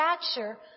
stature